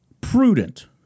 prudent